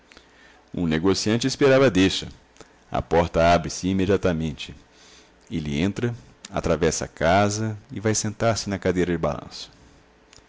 o negociante esperava a deixa a porta abre-se imediatamente ele entra atravessa a casa e vai sentar-se na cadeira de